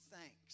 thanks